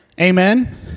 Amen